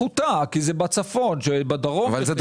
אנחנו נצביע, תקרא לרביזיה ואז נראה.